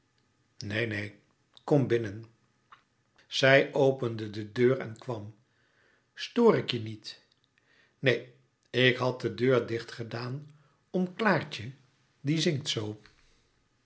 neen neen kom binnen zij opende de deur en kwam stoor ik je niet neen ik had de deur dicht gedaan om klaartje die zingt zoo